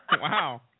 Wow